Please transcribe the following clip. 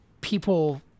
people